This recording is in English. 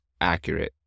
accurate